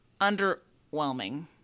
underwhelming